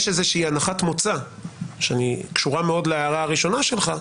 יש איזושהי הנחת מוצא שקשורה מאוד להערה הראשונה שלך,